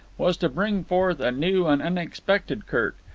was to bring forth a new and unexpected kirk,